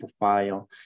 profile